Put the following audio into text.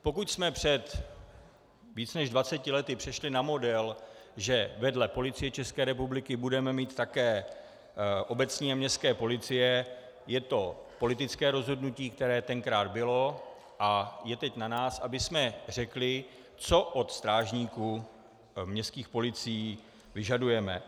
Pokud jsme před více než 20 lety přešli na model, že vedle Policie České republiky budeme mít také obecní a městské policie, je to politické rozhodnutí, které tenkrát bylo, a je teď na nás, abychom řekli, co od strážníků v městské policii vyžadujeme.